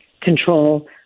control